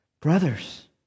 brothers